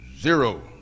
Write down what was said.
Zero